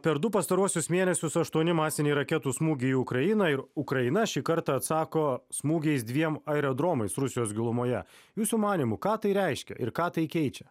per du pastaruosius mėnesius aštuoni masiniai raketų smūgį į ukrainą ir ukraina šį kartą atsako smūgiais dviem aerodromais rusijos gilumoje jūsų manymu ką tai reiškia ir ką tai keičia